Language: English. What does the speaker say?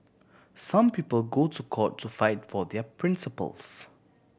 some people go to court to fight for their principles